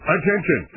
Attention